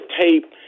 tape